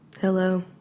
Hello